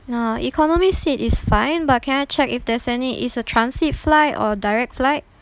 no economy seat is fine but can I check if there's any it's a transit fly or direct flight